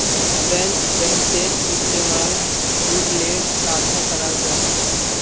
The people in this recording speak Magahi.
फ्रेंच बेंसेर इस्तेमाल नूडलेर साथे कराल जाहा